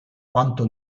quanto